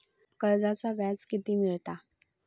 कर्जाचा व्याज कीती असता?